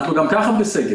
אנחנו גם כך בסגר,